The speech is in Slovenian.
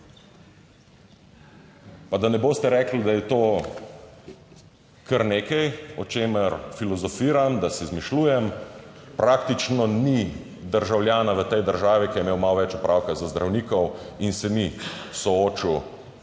Pa da ne boste rekli, da je to kar nekaj, o čemer filozofiram, da si izmišljujem; praktično ni državljana v tej državi, ki je imel malo več opravka z zdravnikom in se ni soočil